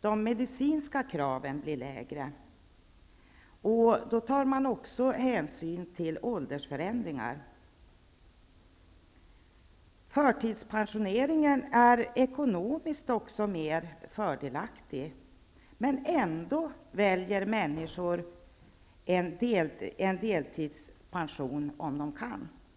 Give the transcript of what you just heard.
De medicinska kraven blir då lägre, och hänsyn tas också till åldersförändringar. Förtidspensioneringen är också ekonomiskt mer fördelaktig, men ändå väljer människor en deltidspension om de kan.